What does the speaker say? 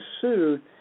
sued